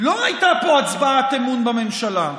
לא הייתה פה הצבעת אמון בממשלה,